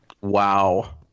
Wow